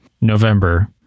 November